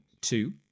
two